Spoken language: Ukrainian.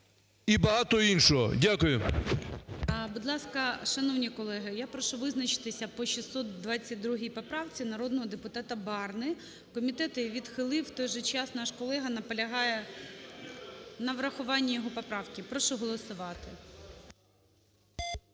і багато іншого. Дякую. ГОЛОВУЮЧИЙ. Будь ласка, шановні колеги, я прошу визначитися по 622 поправці народного депутата Барни. Комітет її відхилив. В той же час наш колега наполягає на врахуванні його поправки. Прошу голосувати.